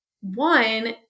one